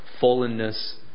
fallenness